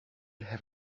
have